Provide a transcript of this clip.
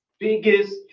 Biggest